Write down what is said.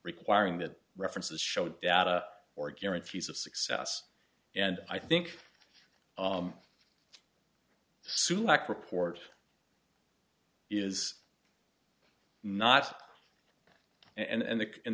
requiring that references show data or guarantees of success and i think sumac report is not and the in